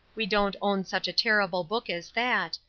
we don't own such a terrible book as that,